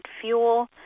fuel